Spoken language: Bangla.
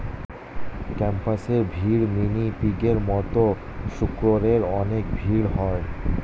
হ্যাম্পশায়ার ব্রিড, মিনি পিগের মতো শুকরের অনেক ব্রিড হয়